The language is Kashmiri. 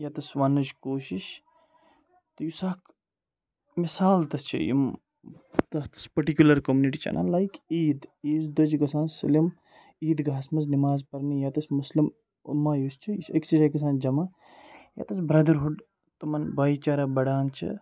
ییٚتھَس ونٛنٕچ کوٗشِش تہٕ یُس اَکھ مِثال تہِ چھِ یِم تَتھ پٔٹِکیوٗلَر کوٚمنِٹی چھِ اَنان لایِک عیٖد عیٖز دۄہ چھِ گژھان سٲلِم عیٖدگاہَس منٛز نِماز پَرنہِ یَتَس مُسلِم اُما یُس چھِ یہِ چھِ أکۍسٕے جایہِ گژھان جَمَع یَتَس برٛدَرہُڈ تِمَن بھایی چارہ بَڑان چھِ